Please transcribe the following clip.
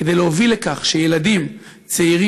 כדי להוביל לכך שילדים צעירים,